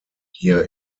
here